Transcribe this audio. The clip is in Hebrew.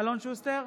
אלון שוסטר,